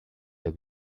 der